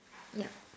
yup